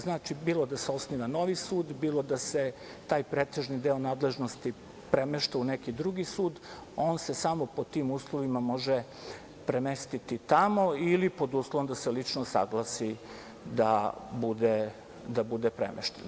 Znači, bilo da se osniva novi sud, bilo da se taj pretežni deo nadležnosti premešta u neki drugi sud, on se samo pod tim uslovima može premestiti tamo, ili pod uslovom da se lično saglasi da bude premešten.